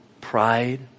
Pride